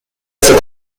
ستغادر